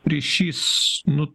ryšys nu